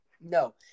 No